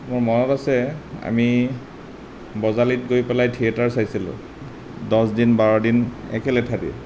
মোৰ মনত আছে আমি বজালীত গৈ পেলাই থিয়েটাৰ চাইছিলোঁ দহ দিন বাৰ দিন একে লেথাৰিয়ে